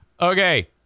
Okay